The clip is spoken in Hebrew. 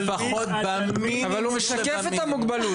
אבל הוא משקף את המוגבלות.